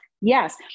Yes